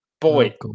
Boy